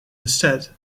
instead